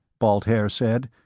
balt haer said.